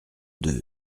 deux